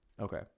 Okay